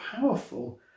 powerful